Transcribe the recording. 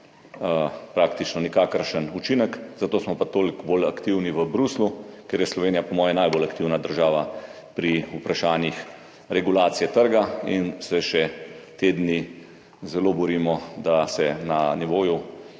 praktično nikakršen učinek, zato smo pa toliko bolj aktivni v Bruslju, ker je Slovenija, po mojem, najbolj aktivna država pri vprašanjih regulacije trga in se še te dni zelo borimo, da se na nivoju